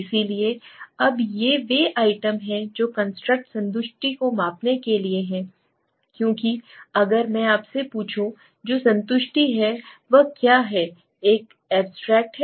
इसलिए अब ये वे आइटम हैं जो कंस्ट्रक्ट संतुष्टि को मापने के लिए हैं क्योंकि अगर मैं आपसे पूछूं जो संतुष्टि है वह क्या है एक एब्स्ट्रेक्ट है